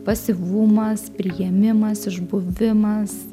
pasyvumas priėmimas išbuvimas